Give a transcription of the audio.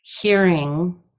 hearing